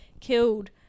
killed